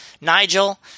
nigel